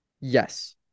Yes